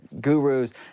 gurus